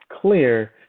clear